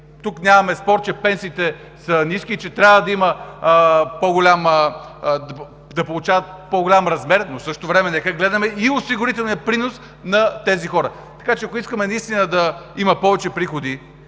тук нямаме спор, че пенсиите са ниски, че трябва да получават по-голям размер, но в същото време нека да гледаме и осигурителния принос на тези хора. Така че, ако наистина искаме да има повече приходи